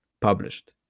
published